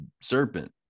serpent